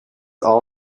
all